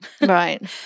Right